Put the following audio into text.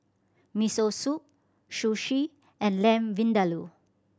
Miso Soup Sushi and Lamb Vindaloo